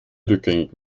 rückgängig